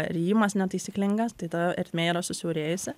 rijimas netaisyklingas tai ta ertmė yra susiaurėjusi